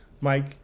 Mike